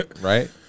Right